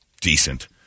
decent